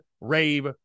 rave